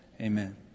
amen